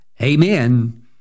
amen